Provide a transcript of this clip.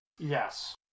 Yes